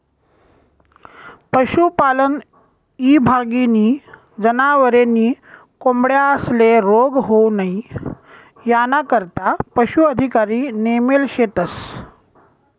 पशुपालन ईभागनी जनावरे नी कोंबड्यांस्ले रोग होऊ नई यानाकरता पशू अधिकारी नेमेल शेतस